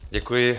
Děkuji.